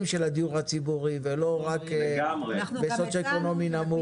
של הדיור הציבורי ולא רק באזורים של מעמד סוציו-אקונומי נמוך.